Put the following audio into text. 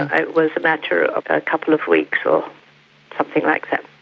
and it was a matter of a couple of weeks or something like that.